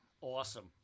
Awesome